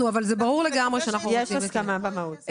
יש הסכמה מבחינת המהות.